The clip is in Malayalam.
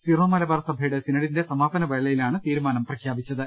സിറോ മലബാർ സഭയുടെ സിനഡിന്റെ സമാപന വേളയിലാണ് തീരുമാനം പ്രഖ്യാപിച്ചത്